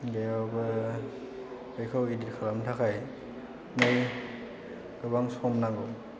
बेयावबो बेखौ इडिट खालामनो थाखाय बिदिनो गोबां सम नाङो